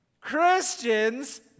Christians